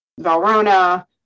Valrona